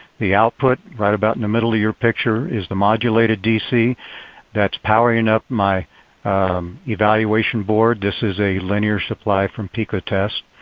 the output, right about in the middle of your picture, is the modulated dc that's powering up my evaluation board. this is a linear supply from picotest.